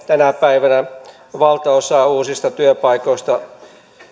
tänä päivänä valtaosa uusista työpaikoista